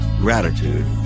Gratitude